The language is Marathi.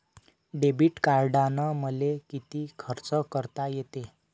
डेबिट कार्डानं मले किती खर्च करता येते?